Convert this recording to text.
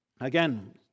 Again